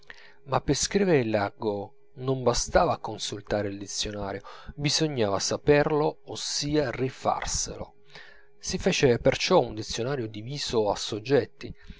ma per scrivere l'argot non bastava consultare il dizionario bisognava saperlo ossia rifarselo si fece perciò un dizionario diviso a soggetti